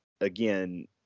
Again